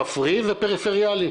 כפרי ופריפריאלי,